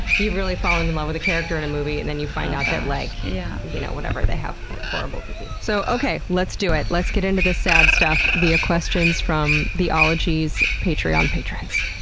you've really fallen in love with a character in a movie and then you find out that like yeah you know they have a horrible disease. so okay, let's do it. let's get into this sad stuff via questions from the ologies patreon patrons.